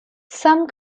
some